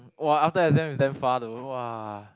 !wah! after exam is damn far though !wah!